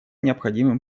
необходимым